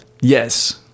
Yes